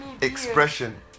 expression